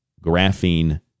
graphene